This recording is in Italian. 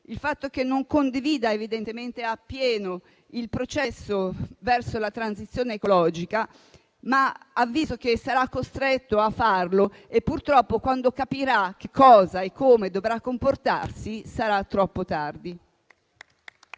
il fatto che non condivida appieno il processo verso la transizione ecologica, ma sarà costretto a farlo e purtroppo, quando capirà come dovrà comportarsi sarà troppo tardi.